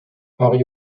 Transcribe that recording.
henri